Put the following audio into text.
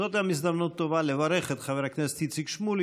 זאת גם הזדמנות טובה לברך את חבר הכנסת איציק שמולי,